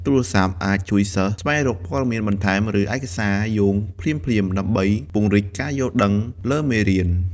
ទូរស័ព្ទអាចជួយសិស្សស្វែងរកព័ត៌មានបន្ថែម ឬឯកសារយោងភ្លាមៗ ដើម្បីពង្រីកការយល់ដឹងលើមេរៀន។